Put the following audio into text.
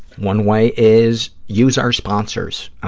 one way is, use our sponsors.